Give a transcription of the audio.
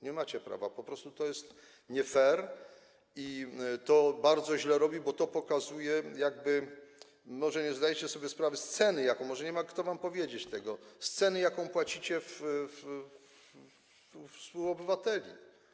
Nie macie prawa, po prostu to jest nie fair i to bardzo źle robi, bo to pokazuje, że nie zdajecie sobie sprawy z ceny - może nie ma kto wam powiedzieć tego - jaką płacicie u współobywateli.